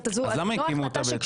הזאת --- אז למה הקימו אותה בעצם?